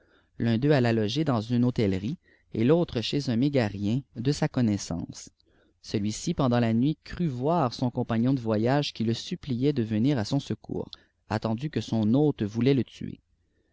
l'un d'eux alla loger dans uiié hôtellerie et l'autre chez un mégarien de sa connaissance celui-ci pendant la nuit crut voir son mpagnon de voyage qui h suppliait de venir à son secours attendu que son hôte foutait le tuer